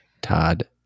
todd